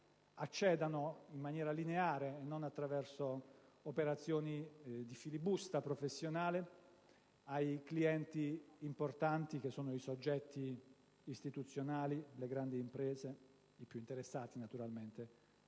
accedere in maniera lineare - e non attraverso operazioni di filibusta professionale - ai clienti importanti, vale a dire ai soggetti istituzionali e alle grandi imprese, i più interessati naturalmente